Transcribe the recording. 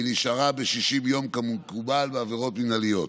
והיא נשארה ב-60 יום, כמקובל בעברות מינהליות.